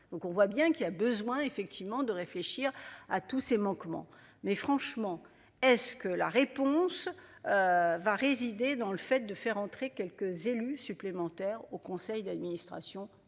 Donc on voit bien qu'il y a besoin effectivement de réfléchir à tous ces manquements, mais franchement, est-ce que la réponse. Va résider dans le fait de faire entrer quelques élus supplémentaires au conseil d'administration.